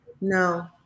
No